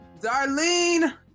Darlene